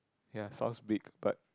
ya sounds big but